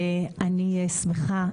אני שמחה,